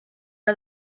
are